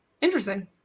Interesting